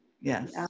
yes